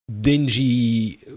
dingy